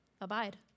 abide